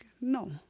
no